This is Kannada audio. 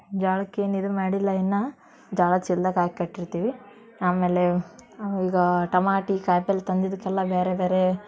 ಜೋಳಕ್ ಏನು ಇದು ಮಾಡಿಲ್ಲ ಇನ್ನೂ ಜೋಳದ ಚೀಲ್ದಾಗೆ ಹಾಕಿ ಕಟ್ಟಿರ್ತೀವಿ ಆಮೇಲೆ ಈಗ ಟಮಾಟಿ ಕಾಯ್ಪಲ್ಲೆ ತಂದಿದ್ದಕ್ಕೆಲ್ಲ ಬೇರೆ ಬೇರೆ